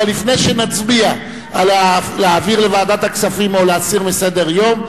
אבל לפני שנצביע על להעביר לוועדת הכספים או להסיר מסדר-היום,